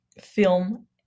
film